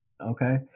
Okay